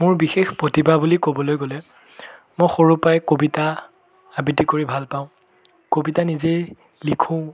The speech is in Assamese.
মোৰ বিশেষ প্ৰতিভা বুলি ক'বলৈ গ'লে মই সৰুৰ পৰাই কবিতা আবৃত্তি কৰি ভাল পাওঁ কবিতা নিজেই লিখোঁ